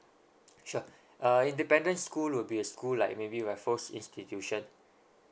sure err independent school would be a school like maybe raffles institution